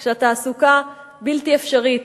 כשהתעסוקה בלתי אפשרית?